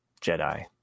Jedi